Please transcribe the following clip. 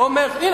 הנה,